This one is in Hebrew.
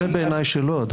דומה בעיני שלא.